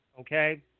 okay